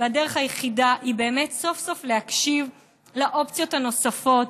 והדרך היחידה היא באמת סוף-סוף להקשיב לאופציות הנוספות,